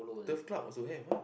turf club also have ah